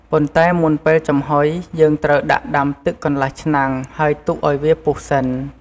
ប៉ុន្តែមុនពេលចំហុយ យើងត្រូវដាក់ដាំទឹកកន្លះឆ្នាំង ហើយទុកឲ្យវាពុះសិន។